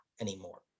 anymore